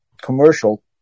commercial